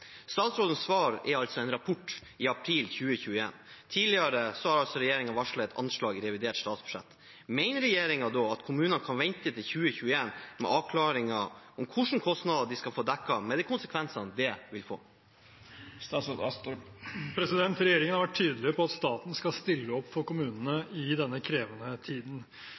Statsrådens svar er en rapport i april 2021. Tidligere varslet regjeringen anslag i revidert statsbudsjett. Mener regjeringen at kommunene kan vente til 2021 med avklaringer om hvilke kostnader de skal få dekket med de konsekvenser det får?» Regjeringen har vært tydelig på at staten skal stille opp for kommunene i denne krevende tiden.